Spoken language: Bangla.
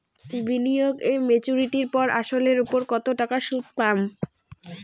বিনিয়োগ এ মেচুরিটির পর আসল এর উপর কতো টাকা সুদ পাম?